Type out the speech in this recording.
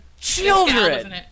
children